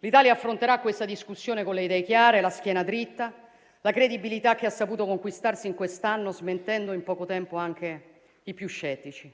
L'Italia affronterà questa discussione con le idee chiare, la schiena dritta e la credibilità che ha saputo conquistarsi in quest'anno, smentendo in poco tempo anche i più scettici.